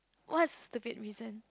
what's a stupid reason